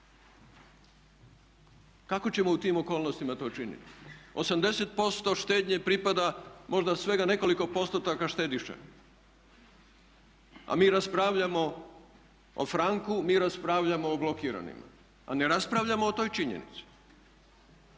Kako ćemo u tim okolnostima to činiti? 80% štednje pripada možda svega nekoliko postotaka štediša, a mi raspravljamo o franku, mi raspravljamo o blokiranima a ne raspravljamo o toj činjenici,